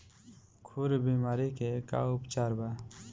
खुर बीमारी के का उपचार बा?